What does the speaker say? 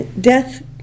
death